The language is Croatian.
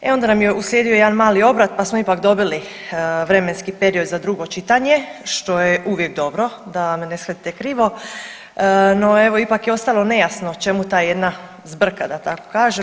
E onda nam je uslijedio jedan mali obrat pa smo ipak dobili vremenski period za drugo čitanje što je uvijek dobro, da me ne shvatite krivo, no evo ipak je ostalo nejasno čemu ta jedna zbrka da tako kažem.